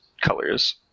colors